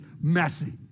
messy